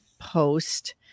post